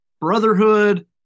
Brotherhood